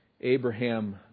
Abraham